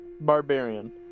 Barbarian